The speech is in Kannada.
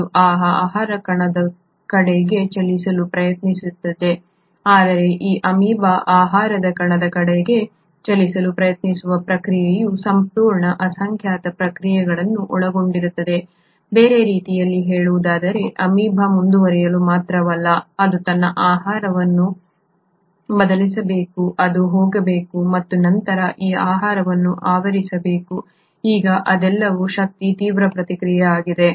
ಅದು ಆ ಆಹಾರ ಕಣದ ಕಡೆಗೆ ಚಲಿಸಲು ಪ್ರಯತ್ನಿಸುತ್ತದೆ ಆದರೆ ಈ ಅಮೀಬಾ ಆಹಾರ ಕಣದ ಕಡೆಗೆ ಚಲಿಸಲು ಪ್ರಯತ್ನಿಸುವ ಪ್ರಕ್ರಿಯೆಯು ಸಂಪೂರ್ಣ ಅಸಂಖ್ಯಾತ ಪ್ರಕ್ರಿಯೆಗಳನ್ನು ಒಳಗೊಂಡಿರುತ್ತದೆ ಬೇರೆ ರೀತಿಯಲ್ಲಿ ಹೇಳುವುದಾದರೆ ಅಮೀಬಾವು ಮುಂದುವರಿಯಲು ಮಾತ್ರವಲ್ಲ ಅದು ತನ್ನ ಆಕಾರವನ್ನು ಬದಲಿಸಬೇಕು ಅದು ಹೋಗಬೇಕು ಮತ್ತು ನಂತರ ಈ ಆಹಾರವನ್ನು ಆವರಿಸಬೇಕು ಈಗ ಇದೆಲ್ಲವೂ ಶಕ್ತಿಯ ತೀವ್ರ ಪ್ರಕ್ರಿಯೆಯಾಗಿದೆ